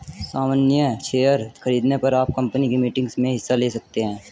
सामन्य शेयर खरीदने पर आप कम्पनी की मीटिंग्स में हिस्सा ले सकते हैं